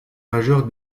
majeurs